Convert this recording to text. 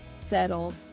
settled